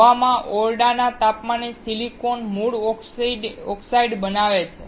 હવામાં ઓરડાના તાપમાને સિલિકોન મૂળ ઓક્સાઇડ બનાવે છે